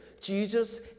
Jesus